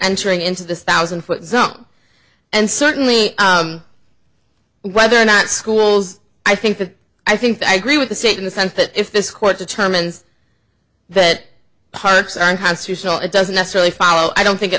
entering into the thousand foot zone and certainly whether or not schools i think that i think i agree with the state in the sense that if this court the chairman's that parks and constitutional it doesn't necessarily follow i don't think